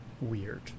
weird